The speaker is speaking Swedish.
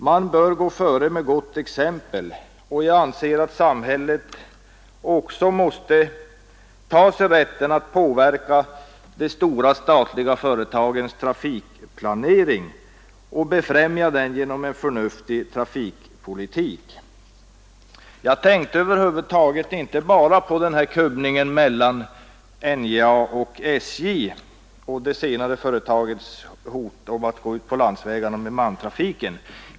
Man bör gå före med gott exempel, och jag anser att samhället också måste ta sig rätten att påverka de stora statliga företagens trafikplanering och befrämja den genom en förnuftig trafikpolitik. Jag tänkte inte bara på kubbningen mellan SJ och NJA och det senare företagets hot om att gå ut på landsvägarna med malmtrafiken.